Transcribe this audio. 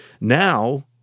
Now